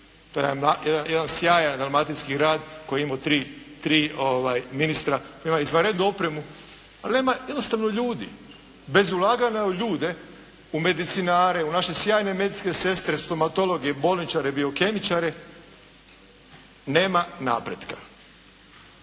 primjer jedan sjajan dalmatinski rad koji je imao tri ministra, imaju izvanrednu opremu, ali nema jednostavno ljudi. Bez ulaganja u ljude, u medicinare, u naše sjajne medicinske sestre, stomatologe, bolničare, biokemičare nema napretka.